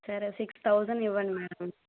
సరే six thousand ఇవ్వండి madam